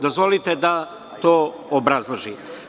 Dozvolite da to obrazložim.